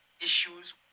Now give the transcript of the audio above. issues